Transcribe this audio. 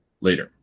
later